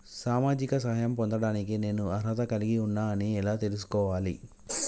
సామాజిక సహాయం పొందడానికి నేను అర్హత కలిగి ఉన్న అని ఎలా తెలుసుకోవాలి?